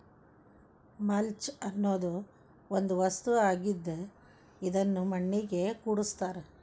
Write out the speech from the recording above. mulch ಅನ್ನುದು ಒಂದ ವಸ್ತು ಆಗಿದ್ದ ಇದನ್ನು ಮಣ್ಣಿಗೆ ಕೂಡಸ್ತಾರ